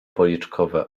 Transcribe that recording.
policzkowe